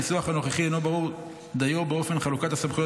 הניסוח הנוכחי אינו ברור דיו באופן חלוקת הסמכויות